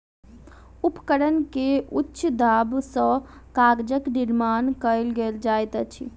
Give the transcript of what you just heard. उपकरण के उच्च दाब सॅ कागजक निर्माण कयल जाइत अछि